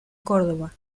córdoba